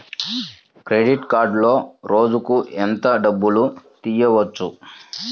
Credit కార్డులో రోజుకు ఎంత డబ్బులు తీయవచ్చు?